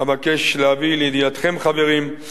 אבקש להביא לידיעתכם, חברים,